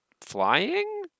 flying